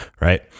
Right